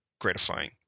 gratifying